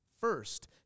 first